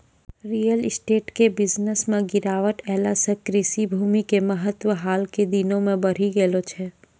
real estate के business मॅ गिरावट ऐला सॅ कृषि भूमि के महत्व हाल के दिनों मॅ बढ़ी गेलो छै